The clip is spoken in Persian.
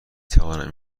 توانم